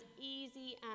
easy